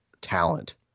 talent